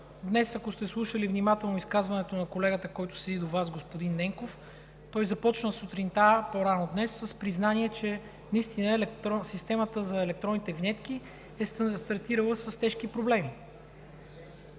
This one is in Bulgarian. днес сте слушали внимателно изказването на колегата, който седи до Вас – господин Ненков, той започна сутринта – по-рано днес, с признание, че наистина системата за електронните винетки е стартирала с тежки проблеми,